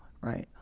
Right